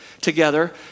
together